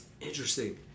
Interesting